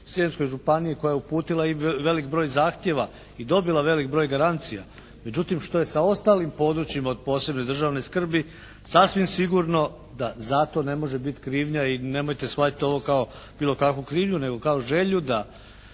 županiji koja je uputila i velik broj zahtjeva i dobila velik broj garancija. Međutim što je sa ostalim područjima od posebne državne skrbi, sasvim sigurno da za to ne može biti krivnja i nemojte shvatiti ovo kao bilo kakvu krivnju nego kao želju da